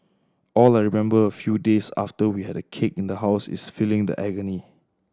all I remember a few days after we had a cake in the house is feeling the agony